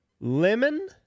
Lemon